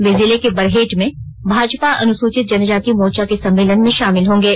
वे जिले के बरहेट में भाजपा अनुसूचित जनजांति मोर्चा के सम्मेलन में शामिल होंगे